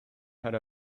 had